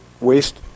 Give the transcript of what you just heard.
waste